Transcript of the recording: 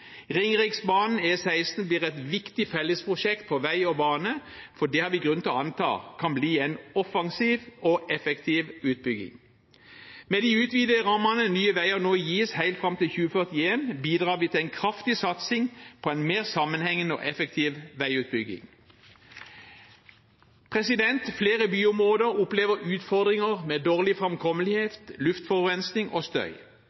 blir et viktig fellesprosjekt for vei og bane, for vi har grunn til å anta at det kan bli en offensiv og effektiv utbygging. Med de utvidede rammene Nye Veier nå gis helt fram til 2041, bidrar vi til en kraftig satsing på en mer sammenhengende og effektiv veiutbygging. Flere byområder opplever utfordringer med dårlig framkommelighet, luftforurensning og støy.